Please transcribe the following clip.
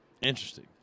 Interesting